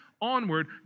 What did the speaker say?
onward